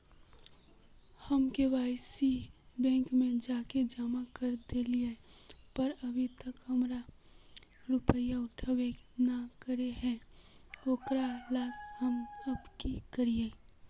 हम KYC bank में जाके जमा कर देलिए पर अभी तक हमर रुपया उठबे न करे है ओकरा ला हम अब की करिए?